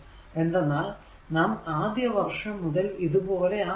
എന്തെന്നാൽ നാം ആദ്യ വർഷം മുതൽ ഇത് പോലെ ആകണം